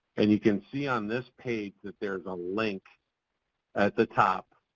and you can see on this page that there's a link at the top.